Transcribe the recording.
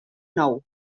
nou